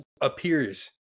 appears